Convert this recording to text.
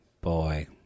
boy